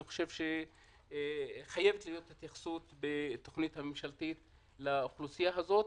אני חושב שחייבת להיות התייחסות בתכנית הממשלתית לאוכלוסייה הזאת.